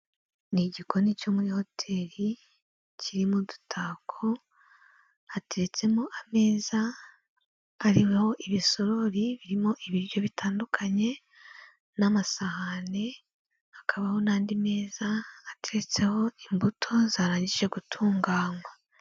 Ni igikoni cyo muri hoteli kirimo udutako hateretsemo ameza ariho ibisorori birimo ibiryo bitandukanye n'amasahani, hakabaho n'andi meza ateretseho imbuto zarangije gutunganywa.